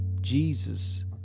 Jesus